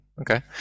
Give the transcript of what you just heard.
Okay